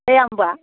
जाया होमब्ला